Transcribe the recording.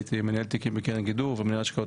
הייתי מנהל תיקים בקרן גידור ומנהל השקעות